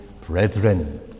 brethren